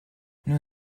nous